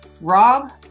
Rob